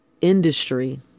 industry